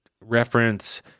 reference